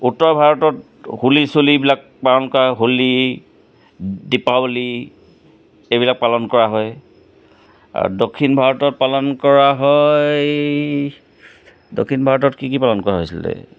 উত্তৰ ভাৰতত হোলী চোলীবিলাক পালন কৰা হোলী দীপাৱলি এইবিলাক পালন কৰা হয় আৰু দক্ষিণ ভাৰতত পালন কৰা হয় দক্ষিণ ভাৰতত কি কি পালন কৰা হৈছিলে